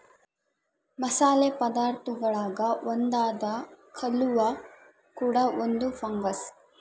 ಮಸಾಲೆ ಪದಾರ್ಥಗುಳಾಗ ಒಂದಾದ ಕಲ್ಲುವ್ವ ಕೂಡ ಒಂದು ಫಂಗಸ್